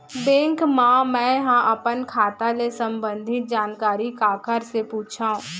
Bank मा मैं ह अपन खाता ले संबंधित जानकारी काखर से पूछव?